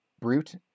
brute